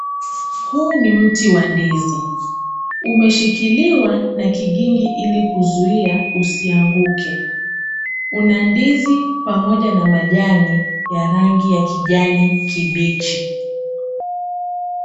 Huu ni mti wa ndizi, umeshikiliwa na kigingi ili kuzuia usianguke, una ndizi pamoja na majani ya rangi ya kijani kibichi.